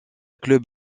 club